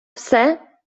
все